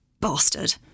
Bastard